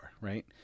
right